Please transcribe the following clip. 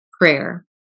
prayer